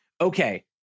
okay